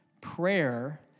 Prayer